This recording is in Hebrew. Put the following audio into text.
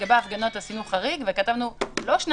לגבי הפגנות עשינו חריג וכתבנו: לא שני